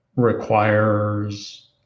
requires